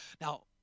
Now